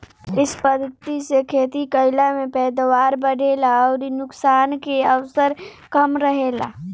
इ पद्धति से खेती कईला में पैदावार बढ़ेला अउरी नुकसान के अवसर कम रहेला